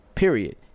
Period